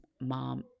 mom